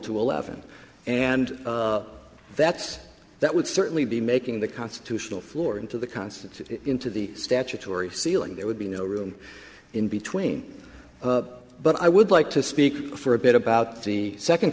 two eleven and that's that would certainly be making the constitutional floor into the constants into the statutory ceiling there would be no room in between but i would like to speak for a bit about the second